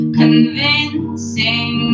convincing